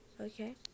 okay